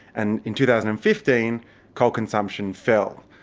and in two thousand and fifteen coal consumption fell.